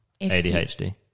ADHD